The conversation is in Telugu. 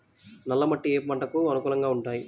నల్ల మట్టి ఏ ఏ పంటలకు అనుకూలంగా ఉంటాయి?